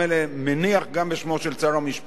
שבטח לא התכוון לפגוע בכבודך.